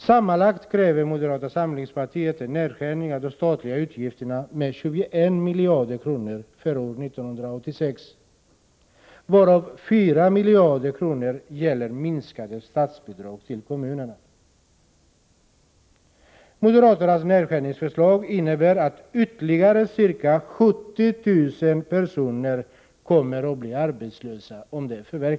Sammanlagt kräver moderata samlingspartiet en nedskärning av de statliga utgifterna med 21 miljarder kronor för år 1986, varav 4 miljarder kronor gäller minskade statsbidrag till kommunerna. Moderaternas nedskärningsförslag kommer, om det förverkligas, att innebära att ytterligare ca 70 000 personer blir arbetslösa.